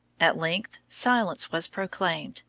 at length silence was proclaimed,